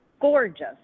gorgeous